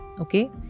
okay